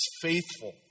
faithful